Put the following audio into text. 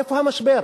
איפה המשבר?